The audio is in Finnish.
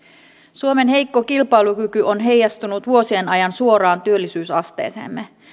suomen heikko kilpailukyky on heijastunut vuosien ajan suoraan työllisyysasteeseemme